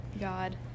God